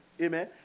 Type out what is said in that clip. Amen